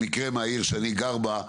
במקרה מהעיר שאני גר בה.